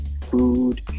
food